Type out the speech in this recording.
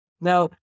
Now